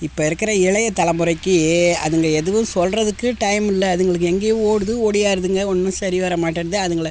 இப்போ இருக்கிற இளைய தலைமுறைக்கி அதுங்க எதுவும் சொல்கிறதுக்கு டைம் இல்லை அதுங்களுக்கு எங்கேயோ ஓடுது ஒடியாருதுங்க ஒன்றுமே சரி வர மாட்டேன்னுது அதுங்களை